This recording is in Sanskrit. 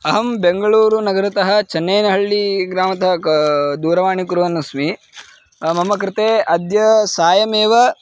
अहं बेङ्ग्ळूरुनगरतः चन्नैनहळ्ळीग्रामतः का दूरवाणी कुर्वन् अस्मि मम कृते अद्य सायमेव